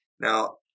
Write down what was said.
Now